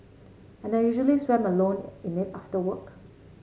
and I usually swam alone in it after work